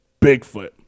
Bigfoot